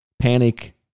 Panic